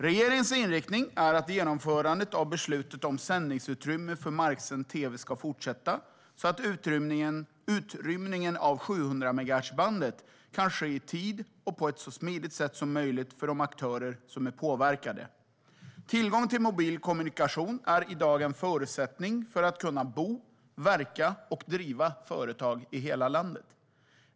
Regeringens inriktning är att genomförandet av beslutet om sändningsutrymme för marksänd tv ska fortsätta, så att utrymningen av 700-megahertzbandet kan ske i tid och på ett så smidigt sätt som möjligt för de aktörer som är påverkade. Tillgång till mobil kommunikation är i dag en förutsättning för att kunna bo, verka och driva företag i hela landet.